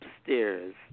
upstairs